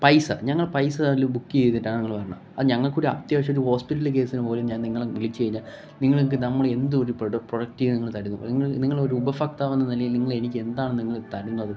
പൈസ ഞങ്ങള് പൈസതലു ബുക്ക് ചെയ്തിട്ടാണ് നിങ്ങൾ വരണെ അത് ഞങ്ങൾക്ക്ക്കൊ ഒരു അത്യാവശ്യമൊരു ഹോസ്പിറ്റല് കേസിന് പോലും ഞാന് നിങ്ങളെ വിളിച്ച് കഴിഞ്ഞാൽ നിങ്ങൾക്ക് ദമ്മളെന്തോര് പ്രൊട് പ്രൊടക്റ്റീവ് നിങ്ങൾ തരുന്നു നിങ്ങൾ നിങ്ങൾ ഒരു ഉപഭോക്താവെന്ന നിലയില് നിങ്ങൾ എനിക്ക് എന്താണ് നിങ്ങൾ തരുന്നത്